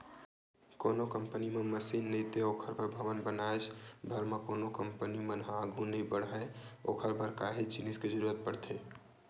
कोनो कंपनी म मसीन नइते ओखर बर भवन बनाएच भर म कोनो कंपनी मन ह आघू नइ बड़हय ओखर बर काहेच जिनिस के जरुरत पड़थे